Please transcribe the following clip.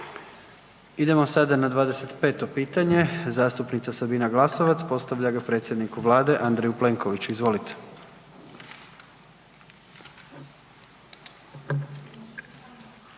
Idemo sada na 25. pitanje, zastupnica Sabina Glasovac postavlja ga predsjedniku Vlade A. Plenkoviću, izvolite.